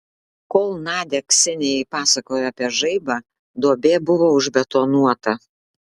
kol nadia ksenijai pasakojo apie žaibą duobė buvo užbetonuota